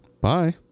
bye